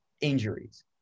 injuries